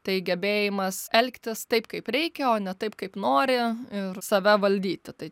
tai gebėjimas elgtis taip kaip reikia o ne taip kaip nori ir save valdyti tai